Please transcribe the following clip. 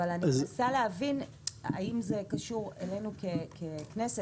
אבל אני מנסה להבין האם זה קשור אלינו ככנסת,